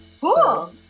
Cool